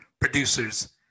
producers